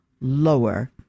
Lower